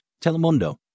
Telemundo